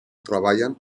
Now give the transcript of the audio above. treballen